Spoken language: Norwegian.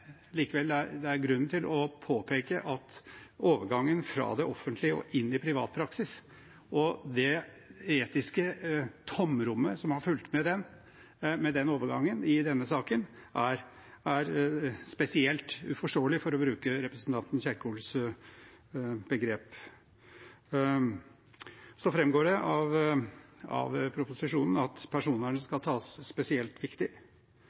likevel det er grunn til å påpeke at overgangen fra det offentlige og inn i privatpraksis og det etiske tomrommet som har fulgt med den overgangen i denne saken, er spesielt «uforståelig», for å bruke representanten Kjerkols begrep. Det framgår av proposisjonen at personvernet skal tas spesielt